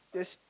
is